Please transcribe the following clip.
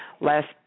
Last